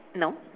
no